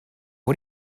are